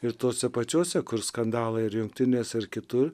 ir tose pačiose kur skandalai ir jungtinėse ar kitur